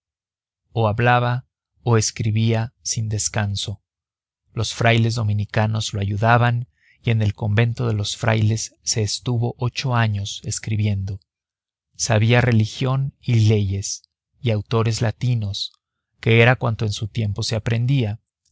o hablaba o escribía sin descanso los frailes dominicanos lo ayudaban y en el convento de los frailes se estuvo ocho años escribiendo sabía religión y leyes y autores latinos que era cuanto en su tiempo se aprendía